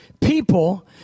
people